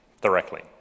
directly